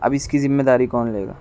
اب اس کی ذمہ داری کون لے گا